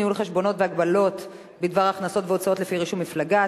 ניהול חשבונות והגבלות בדבר הכנסות והוצאות לפני רישום מפלגה),